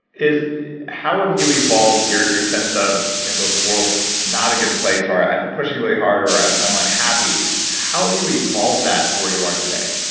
how have you evolved your your sense of you know the the world's not a good place or i'm pushing really hard, or i'm i'm unhappy. how have you evolved that to where you are today?